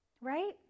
right